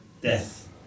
death